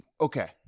Okay